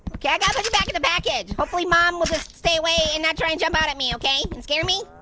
okay, i gotta put you back in the package. hopefully mom will just stay away and not try and jump out at me, okay? and scare me?